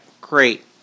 great